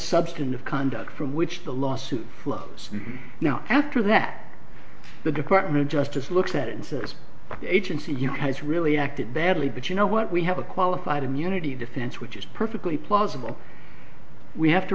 substance of conduct from which the lawsuit flows now after that the department of justice looks at insist the agency has really acted badly but you know what we have a qualified immunity defense which is perfectly plausible we have to